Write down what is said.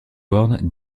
word